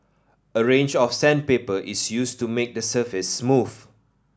a range of sandpaper is used to make the surface smooth